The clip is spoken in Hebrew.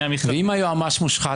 המכרזים -- ואם היועץ המשפטי מושחת?